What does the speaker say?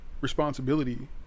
responsibility